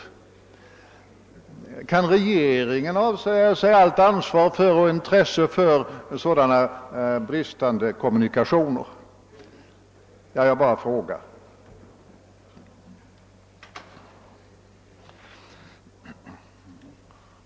Kan regeringen avsäga sig allt ansvar och intresse för sådana bristande kommunikationer? Jag bara frågar.